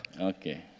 Okay